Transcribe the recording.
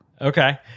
Okay